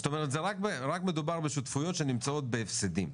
זאת אומרת זה רק מדובר בשותפויות שנמצאות בהפסדים?